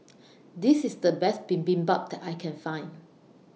This IS The Best Bibimbap that I Can Find